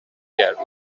get